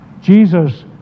Jesus